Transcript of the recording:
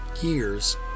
years